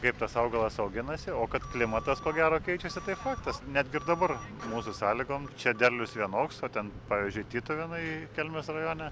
kaip tas augalas auginasi o kad klimatas ko gero keičiasi tai faktas netgi ir dabar mūsų sąlygom čia derlius vienoks o ten pavyzdžiui tytuvėnai kelmės rajone